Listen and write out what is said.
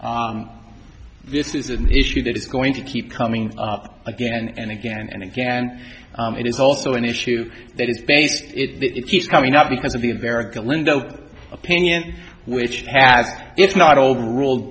t this is an issue that is going to keep coming up again and again and again and it is also an issue that is based it keeps coming up because of the vericut lindo opinion which has it's not overruled